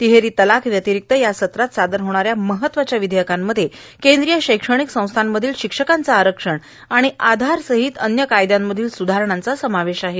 तिहेरी तलाक व्यतिरिक्त या सत्रात सादर होणा या महत्वाच्या विधेयकांमध्ये केंद्रीय शैक्षणिक संस्थामधील शिक्षकांचं आरक्षण आणि आधारसहीत अन्य कायद्यांमधील स्धारणा यांचा समावेश आहे